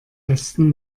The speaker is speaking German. besten